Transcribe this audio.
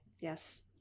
Yes